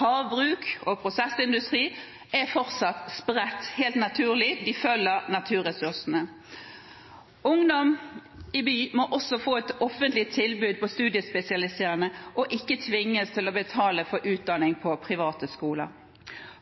Havbruk og prosessindustri er fortsatt spredt – helt naturlig: de følger naturressursene. Ungdom i by må også få et offentlig studiespesialiserende tilbud og ikke tvinges til å betale for utdanning på private skoler.